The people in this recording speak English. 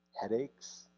headaches